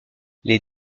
les